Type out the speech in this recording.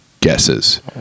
guesses